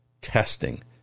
testing